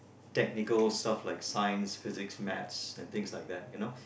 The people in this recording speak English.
technical stuff like science Physics maths and things like that you know